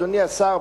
אדוני השר,